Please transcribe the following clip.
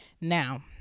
now